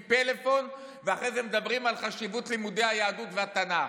פלאפון ואחרי זה מדברים על חשיבות לימודי היהדות והתנ"ך.